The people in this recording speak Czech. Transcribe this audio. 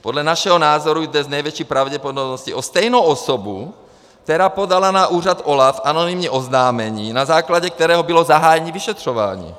Podle našeho názoru jde s největší pravděpodobností o stejnou osobu, která podala na úřad OLAF anonymní oznámení, na základě kterého bylo zahájeno vyšetřování.